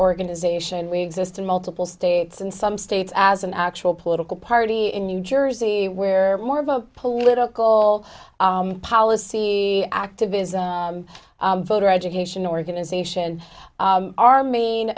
organization we exist in multiple states and some states as an actual political party in new jersey where more of a political policy activism voter education organization our main